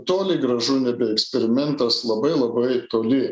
toli gražu nebe eksperimentas labai labai toli